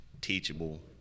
teachable